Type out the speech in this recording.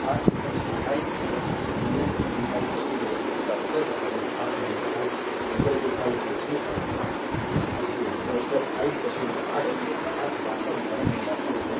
slide time देखें 0925 तो इसका मतलब है जब आई i यह आ रहा है 8 एम्पीयर